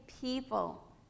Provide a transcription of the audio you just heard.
people